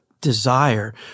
desire